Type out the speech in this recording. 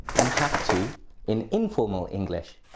and have to in informal english,